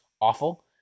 awful